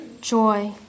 joy